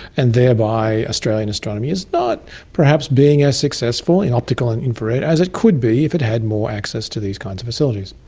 and thereby australia astronomy is not perhaps being as successful in optical and infrared as it could be if it had more access to these kinds of facilities.